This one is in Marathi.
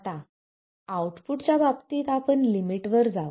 आता आउटपुट च्या बाबतीत आपल्या लिमिट वर जाऊ